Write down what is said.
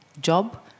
job